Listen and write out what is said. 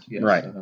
Right